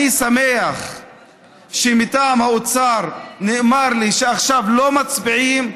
אני שמח שמטעם האוצר נאמר לי שעכשיו לא מצביעים,